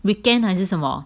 weekend 还是什么